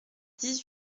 dix